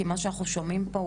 כי מה שאנחנו שומעים פה,